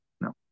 no